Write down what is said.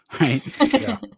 Right